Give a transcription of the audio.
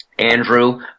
Andrew